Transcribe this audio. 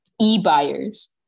e-buyers